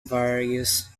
various